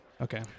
Okay